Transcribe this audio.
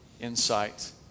insight